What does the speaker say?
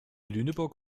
lüneburg